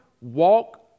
walk